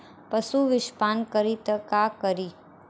पशु विषपान करी त का करी?